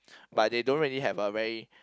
but they don't really have a very